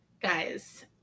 Guys